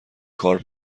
کار